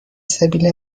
سبیل